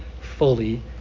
fully